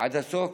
עד הסוף,